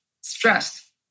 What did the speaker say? stress